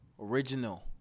original